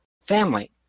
family